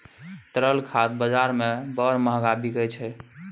तरल खाद बजार मे बड़ महग बिकाय छै